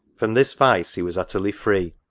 from this vice he was utterly free